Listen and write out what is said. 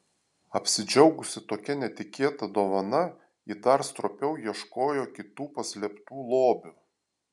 apsidžiaugusi tokia netikėta dovana ji dar stropiau ieškojo kitų paslėptų lobių